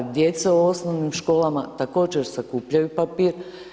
Djeca u osnovnim školama također sakupljaju papir.